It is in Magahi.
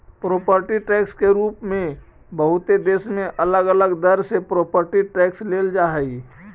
प्रॉपर्टी टैक्स के रूप में बहुते देश में अलग अलग दर से प्रॉपर्टी टैक्स लेल जा हई